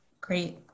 Great